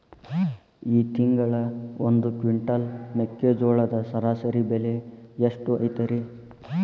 ಈ ತಿಂಗಳ ಒಂದು ಕ್ವಿಂಟಾಲ್ ಮೆಕ್ಕೆಜೋಳದ ಸರಾಸರಿ ಬೆಲೆ ಎಷ್ಟು ಐತರೇ?